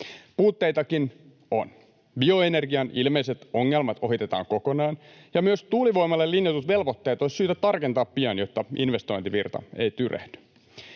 Puutteitakin on. Bioenergian ilmeiset ongelmat ohitetaan kokonaan, ja myös tuulivoimalle linjatut velvoitteet olisi syytä tarkentaa pian, jotta investointivirta ei tyrehdy.